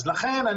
לכן,